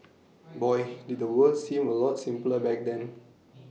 boy did the world seem A lot simpler black then